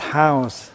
house